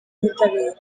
ubutabera